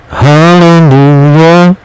hallelujah